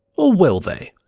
or will they?